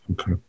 Okay